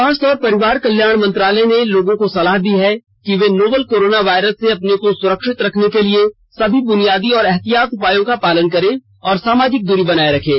स्वास्थ्य और परिवार कल्याण मंत्रालय ने लोगों को सलाह दी है कि वे नोवल कोरोना वायरस से अपने को सुरक्षित रखने के लिए सभी बुनियादी एहतियाती उपायों का पालन करें और सामाजिक दूरी बनाए रखें